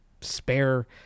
spare